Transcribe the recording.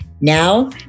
Now